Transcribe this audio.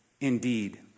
indeed